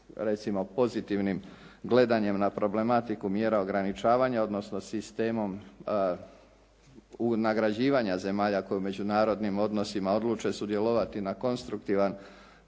recimo pozitivnim gledanjem na problematiku mjera ograničavanja, odnosno sistemom nagrađivanja zemalja koje u međunarodnim odnosima odluče sudjelovati na konstruktivan,